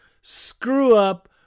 screw-up